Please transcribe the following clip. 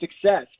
success